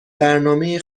برنامه